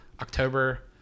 October